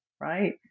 right